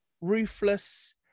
ruthless